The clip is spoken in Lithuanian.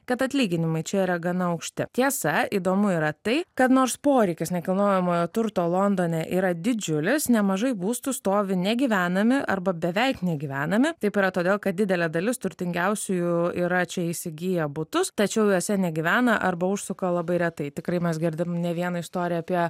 kad atlyginimai čia yra gana aukšti tiesa įdomu yra tai kad nors poreikis nekilnojamojo turto londone yra didžiulis nemažai būstų stovi negyvenami arba beveik negyvenami taip yra todėl kad didelė dalis turtingiausiųjų yra čia įsigiję butus tačiau juose negyvena arba užsuka labai retai tikrai mes girdim ne vieną istoriją apie